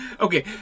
Okay